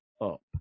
up